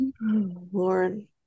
Lauren